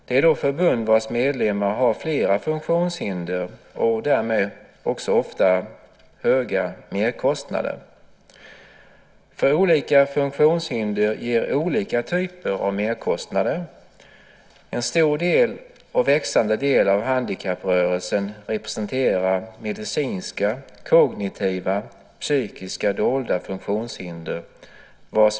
Det är förbund vars medlemmar har flera funktionshinder och därmed också ofta höga merkostnader, för olika funktionshinder ger olika typer av merkostnader. En stor och växande del av handikapprörelsen representerar medicinska, kognitiva, psykiska, dolda funktionshinder.